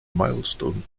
milestone